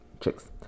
chicks